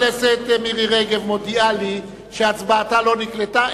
מירי רגב מודיעה לי שהצבעתה לא נקלטה.